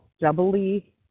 doubly